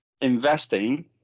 investing